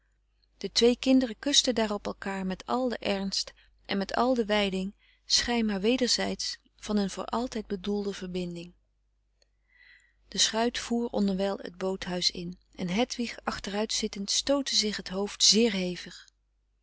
de twee kinderen kusten daarop elkaar met al den ernst en met al de wijding schijnbaar wederzijds van een voor altijd bedoelde verbinding de schuit voer onderwijl het boothuis in en hedwig achteruit zittend stootte zich het hoofd zeer hevig